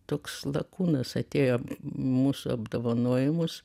toks lakūnas atėjo mūsų apdovanojimus